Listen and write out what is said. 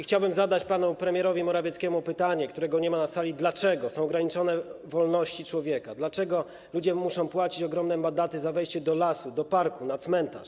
Chciałbym zadać pytanie panu premierowi Morawieckiemu, którego nie ma na sali, dlaczego są ograniczone wolności człowieka, dlaczego ludzie muszą płacić ogromne mandaty za wejście do lasu, do parku, na cmentarz.